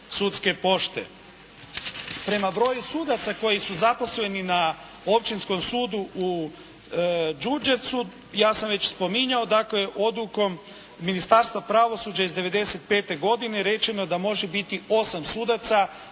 sudske pošte. Prema broju sudaca koji su zaposleni na Općinskom sudu u Đurđevcu ja sam već spominjao dakle Odlukom Ministarstva pravosuđa iz '95. godine rečeno je da može biti 8 sudaca.